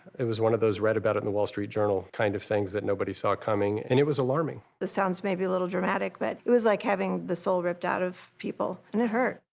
it was one of those read about it in the wall street journal kind of things that nobody saw coming and it was alarming. this sounds maybe a little dramatic, but it was like having the soul ripped out of people and it hurt.